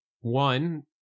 one